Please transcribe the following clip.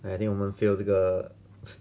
eh I think 我们 fail 这个